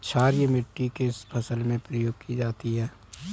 क्षारीय मिट्टी किस फसल में प्रयोग की जाती है?